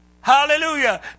Hallelujah